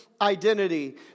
identity